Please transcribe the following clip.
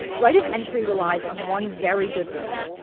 rite of entry relies on one very good link.